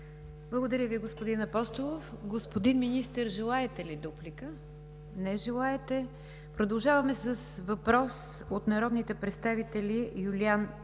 Благодаря Ви, господин Апостолов. Господин Министър, желаете ли дуплика? Не желаете. Продължаваме с въпрос от народните представители Юлиян Папашимов